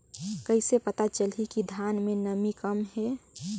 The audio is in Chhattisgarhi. कइसे पता चलही कि धान मे नमी कम हे?